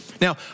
Now